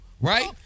right